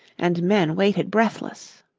and men waited breathless.